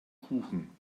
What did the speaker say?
kuchen